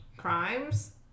Crimes